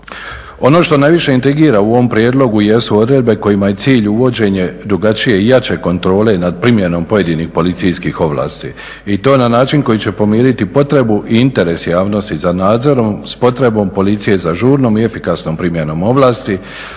Ono što najviše intrigira u ovom prijedlogu jesu odredbe kojima je cilj uvođenje drugačije i jače kontrole nad primjenom pojedinim policijskih ovlasti i to na način koji će pomiriti potrebu i interes javnosti za nadzorom s potrebom Policije za žurnom i efikasnom primjenom ovlasti,